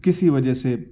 کسی وجہ سے